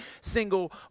single